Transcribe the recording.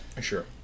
Sure